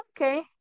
okay